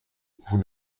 vous